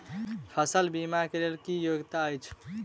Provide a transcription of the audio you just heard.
फसल बीमा केँ लेल की योग्यता अछि?